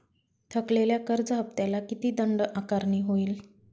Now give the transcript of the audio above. थकलेल्या कर्ज हफ्त्याला किती दंड आकारणी होईल?